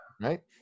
Right